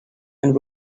and